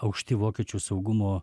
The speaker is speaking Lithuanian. aukšti vokiečių saugumo